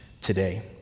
today